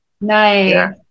Nice